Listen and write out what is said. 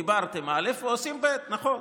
דיברתם א' ועושים ב', נכון.